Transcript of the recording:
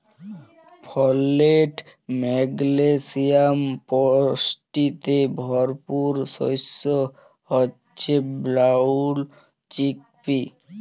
folate, magnesium পুষ্টিতে ভরপুর শস্য হচ্যে ব্রাউল চিকপি